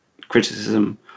criticism